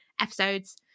episodes